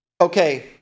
Okay